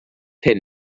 hyn